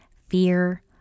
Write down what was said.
fear